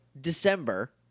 december